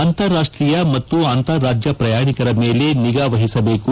ಅಂತಾರಾಷ್ಟೀಯ ಮತ್ತು ಅಂತಾರಾಜ್ಯ ಪ್ರಯಾಣಿಕರ ಮೇಲೆ ನಿಗಾವಹಿಸಬೇಕು